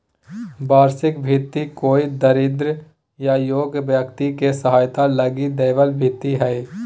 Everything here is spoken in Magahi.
वार्षिक भृति कोई दरिद्र या योग्य व्यक्ति के सहायता लगी दैबल भित्ती हइ